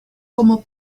como